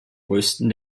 größten